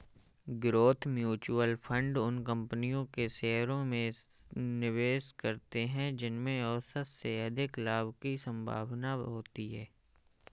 growth mutual fund उन कंपनियों के शेयरों में निवेश करते हैं जिनमें औसत से अधिक लाभ की संभावना होती है